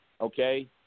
Okay